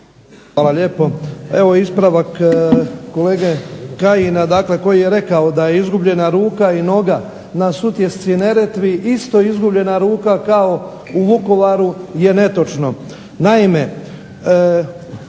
Hvala lijepo. Ispravak kolege Kajina koji je rekao da izgubljena ruka i noga na Sutjesci i Neretvi isto izgubljena ruka kao i u Vukovaru je netočno.